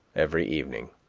every evening.